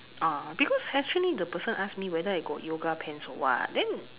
ah because actually the person ask me whether I got yoga pants or what then